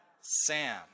Sam